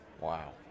Wow